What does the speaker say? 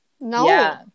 No